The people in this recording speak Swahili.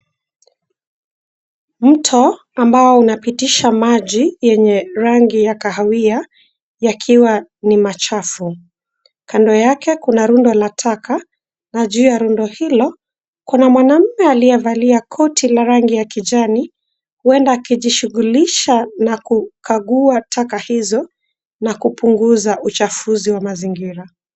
Mto ambao unapitisha maji yenye rangi ya kahawia yakiwa ni machafu. Kando yake kuna rundo la taka na juu ya rundo hilo kuna mwanaume aliyevalia koti la rangi la kijani huenda akijishughulisha na kukagua taka hizo na kupunguza uchafuzi wa mazingira.